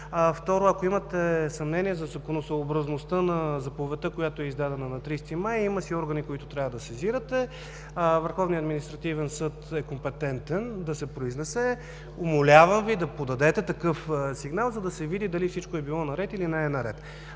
Второ, ако имате съмнения за законосъобразността на заповедта, която е издадена на 30 май, има си органи, които трябва да сезирате. Върховният административен съд е компетентен да се произнесе. Умолявам Ви да подадете такъв сигнал, за да се види дали всичко е било наред или не е наред.